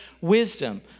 wisdom